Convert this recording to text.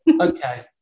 Okay